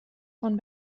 von